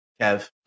Kev